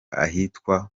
ahitwa